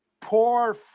poor